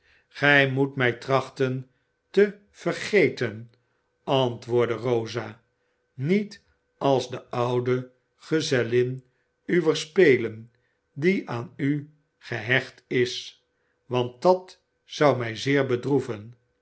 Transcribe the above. gij moet mij trachten te vergeten antwoordde rosa niet als de oude gezellin uwer spelen die aan u gehecht is want dat zou mij zeer bedroeven